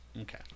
Okay